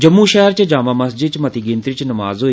जम्मू शैहर च जामां मस्जिद च मती गिनतरी च नमाज होई